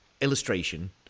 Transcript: illustration